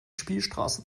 spielstraße